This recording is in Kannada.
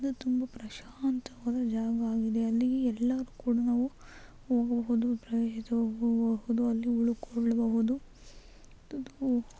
ಅದು ತುಂಬ ಪ್ರಶಾಂತವಾದ ಜಾಗ ಆಗಿದೆ ಅಲ್ಲಿ ಎಲ್ಲರೂ ಕೂಡ ನಾವು ಹೋಗಬಹುದು ಪ್ರ ಇದು ಹೋಗಬಹುದು ಅಲ್ಲಿ ಉಳ್ಕೊಳ್ಳಬಹುದು ಮತ್ತದು